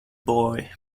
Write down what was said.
boy